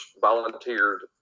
volunteered